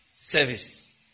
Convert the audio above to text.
service